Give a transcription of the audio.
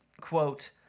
quote